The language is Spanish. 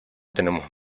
tenemos